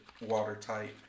watertight